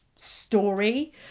story